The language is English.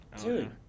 Dude